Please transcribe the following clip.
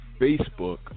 Facebook